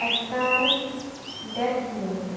استھانہ death mould